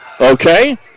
okay